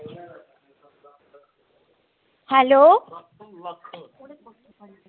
hello